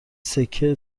سکه